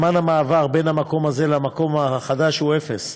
זמן המעבר בין המקום הזה למקום החדש הוא אפס,